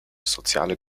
soziale